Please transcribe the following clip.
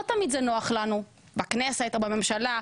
לא תמיד זה נוח לנו בכנסת או בממשלה,